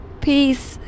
Peace